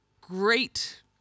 great